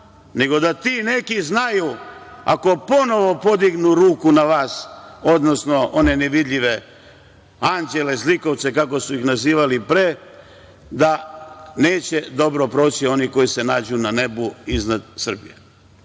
nego da ti neki znaju ako ponovo podignu ruku na vas, odnosno one nevidljive anđele, zlikovce, kako su ih nazivali pre, da neće dobro proći oni koji se nađu na nebu iznad